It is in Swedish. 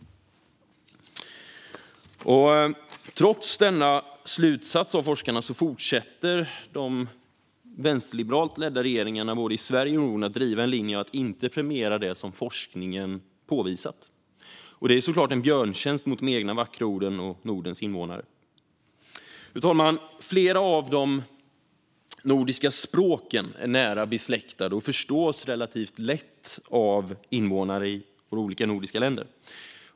Trots denna slutsats från forskarna fortsätter de vänsterliberalt ledda regeringarna i både Sverige och Norden att driva en linje där man inte premierar det som forskningen påvisat. Det är en björntjänst mot de egna vackra orden och mot Nordens invånare. Fru talman! Flera av de nordiska språken är nära besläktade och förstås relativt lätt av invånare i andra nordiska länder.